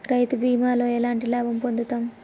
రైతు బీమాతో ఎట్లాంటి లాభం పొందుతం?